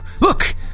Look